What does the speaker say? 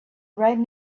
right